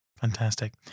Fantastic